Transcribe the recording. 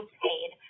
paid